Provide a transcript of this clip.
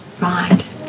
Right